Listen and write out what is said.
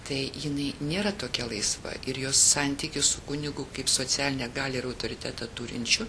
tai jinai nėra tokia laisva ir jos santykis su kunigu kaip socialinę galią ir autoritetą turinčiu